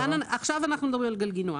עכשיו אנחנו מדברים על גלגינוע.